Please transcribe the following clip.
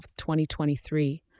2023